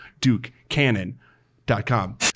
DukeCannon.com